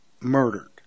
murdered